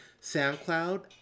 SoundCloud